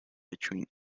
between